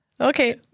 Okay